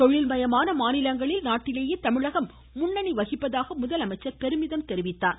தொழில் மயமான மாநிலங்களில் நாட்டிலேயே தமிழகம் முன்னணி வகிப்பதாக முதலமைச்சர் பெருமிதம் தெரிவித்துள்ளார்